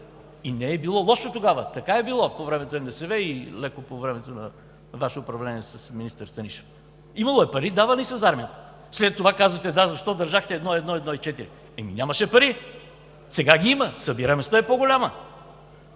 и не е било лошо тогава. Така е било по времето на НДСВ и леко по времето на Вашето управление с министър-председател Станишев. Имало е пари – давали са за армията. След това казвате: „Да, защо държахте 1 – 1,4%?“ Ами нямаше пари! Сега ги има, събираемостта е по-голяма.